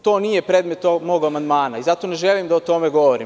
To nije predmet ovog mog amandmana i zato ne želim da o tome govorim.